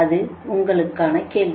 இது உங்களுக்கான கேள்வி